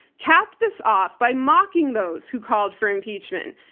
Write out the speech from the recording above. capped this off by mocking those who called for impeachment,